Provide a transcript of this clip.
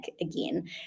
again